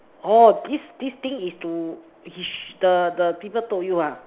oh this this thing is to is the the people told you ah